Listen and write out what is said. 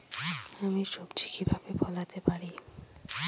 আমি সবজি কিভাবে ফলাতে পারি?